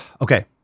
Okay